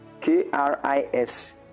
K-R-I-S